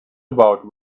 about